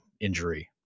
injury